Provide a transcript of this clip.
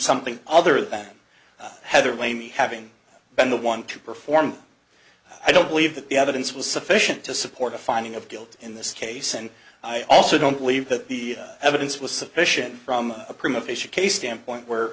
something other than heather lamie having been the one to perform i don't believe that the evidence was sufficient to support a finding of guilt in this case and i also don't believe that the evidence was sufficient from a prima facia case standpoint where